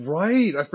right